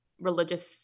religious